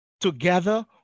Together